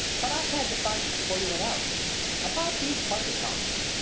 but i had to find you before you went out about these bundercombes.